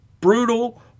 brutal